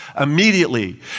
immediately